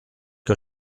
que